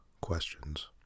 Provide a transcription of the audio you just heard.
questions